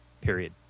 period